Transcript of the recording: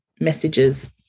messages